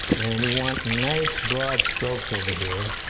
and we want nice broad stokes over here,